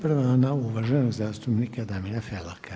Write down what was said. Prva je ona uvaženog zastupnika Damira Felaka.